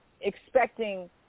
expecting